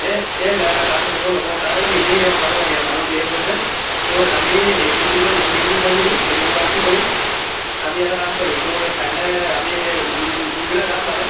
এ এ নাই নাই তাত সেইবোৰ নকৰো তাত সেইবোৰ এনেই কিবা ভাল নালাগে মানুহ ধেৰ হয় যে ঐ আমি এ টি ম ফিল্ডত ইভিনিঙটো কৰি পিনি ইভিনিং ৱাকটো কৰি আমি এটা কাম কৰিম তোৰ এই কাইলৈ আমি সেই যোন যোনকেইটা যাম মানে